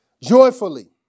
joyfully